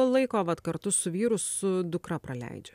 laiko vat kartu su vyru su dukra praleidžia